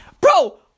Bro